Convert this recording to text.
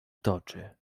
toczy